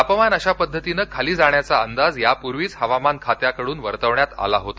तापमान अशा पद्धतीने खाली जाण्याचा अंदाज यापूर्वीच हवामान खात्याकडून वर्तवण्यात आला होता